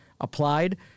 applied